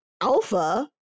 Alpha